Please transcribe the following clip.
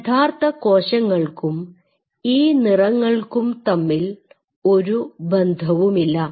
യഥാർത്ഥ കോശങ്ങൾക്കും ഈ നിറങ്ങൾക്കും തമ്മിൽ ഒരു ബന്ധവുമില്ല